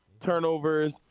Turnovers